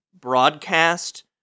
broadcast